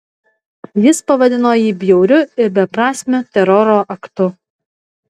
jis pavadino jį bjauriu ir beprasmiu teroro aktu